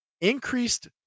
Increased